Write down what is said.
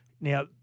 Now